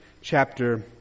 chapter